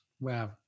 Wow